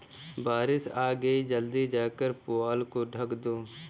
बारिश आ गई जल्दी जाकर पुआल को ढक दो